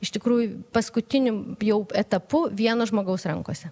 iš tikrųjų paskutiniu jau etapu vieno žmogaus rankose